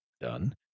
done